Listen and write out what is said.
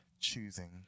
Choosing